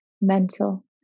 mental